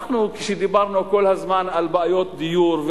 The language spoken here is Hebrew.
כשדיברנו כל הזמן על בעיות דיור,